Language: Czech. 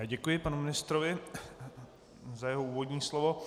Děkuji panu ministrovi za jeho úvodní slovo.